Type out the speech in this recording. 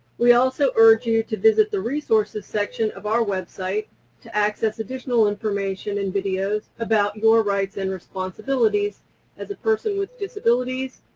we also urge you to visit the resources section of our website to access additional information and videos about your rights and responsibilities as a person with disabilities,